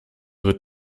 wird